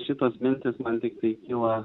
šitos mintys man tiktai kyla